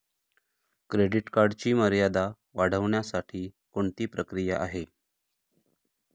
Credit कार्डची मर्यादा वाढवण्यासाठी कोणती प्रक्रिया आहे?